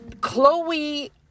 Chloe